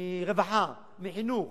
מרווחה, מחינוך